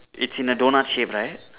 it's in a donut shape right